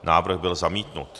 Návrh byl zamítnut.